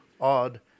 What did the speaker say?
odd